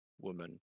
woman